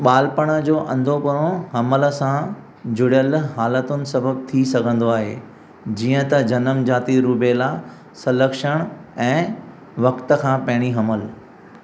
ॿालपण जो अंधोपणो हमल सां जुड़ियलु हालतुनि सबबि थी सघंदो आहे जीअं त जनम जाति रूबेला संलक्षण ऐं वक़्त खां पहिरीं हमलु